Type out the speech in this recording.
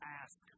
ask